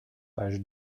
page